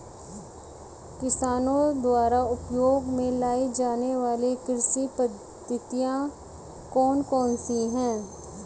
किसानों द्वारा उपयोग में लाई जाने वाली कृषि पद्धतियाँ कौन कौन सी हैं?